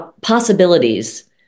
possibilities